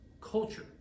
culture